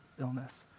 illness